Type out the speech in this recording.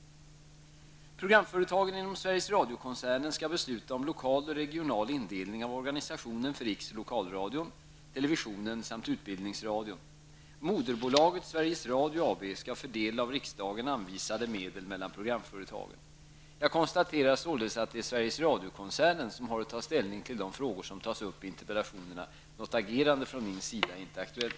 Programföretagen inom Sveriges Radio-koncernen skall besluta om lokal och regional indelning av organisationen för riks och lokalradion, televisionen samt utbildningsradion. Moderbolaget Sveriges Radio AB skall fördela av riksdagen anvisade medel mellan programföretagen. Jag konstaterar således att det är Sveriges Radiokoncernen som har att ta ställning till de frågor som tas upp i interpellationerna. Något agerande från min sida är inte aktuellt.